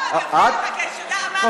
רק שנייה, אל תפריעי לי.